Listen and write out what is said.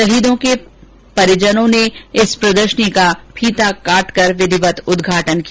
शहीदों के परिजनों ने इस प्रदर्शनी का फीता काटकर विधिवत उद्घाटन किया